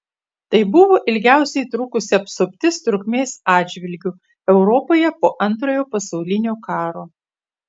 tai buvo ilgiausiai trukusi apsuptis trukmės atžvilgiu europoje po antrojo pasaulinio karo